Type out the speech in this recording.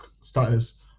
status